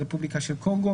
הרפובליקה של קונגו